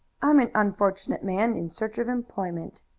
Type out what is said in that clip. i'm an unfortunate man, in search of employment.